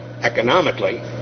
economically